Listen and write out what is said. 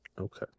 Okay